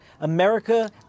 America